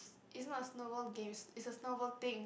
is not a snowball game it's it's a snowball thing